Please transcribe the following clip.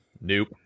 Nope